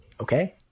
Okay